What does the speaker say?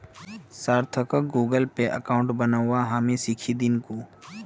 सार्थकक Google Pay account बनव्वा हामी सीखइ दीमकु